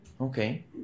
Okay